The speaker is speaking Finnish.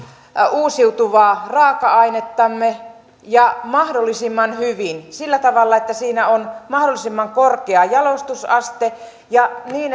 uusiutuvaa raaka ainettamme ja mahdollisimman hyvin sillä tavalla että siinä on mahdollisimman korkea jalostusaste ja